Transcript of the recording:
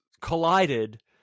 collided